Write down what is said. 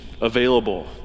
available